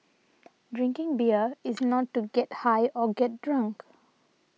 drinking beer is not to get high or get drunk